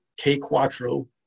kquattro